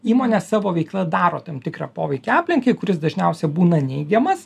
įmonė savo veikla daro tam tikrą poveikį aplinkai kuris dažniausia būna neigiamas